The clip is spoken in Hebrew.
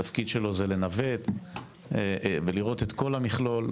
התפקיד שלו זה לנווט ולראות את כל המכלול.